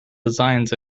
designs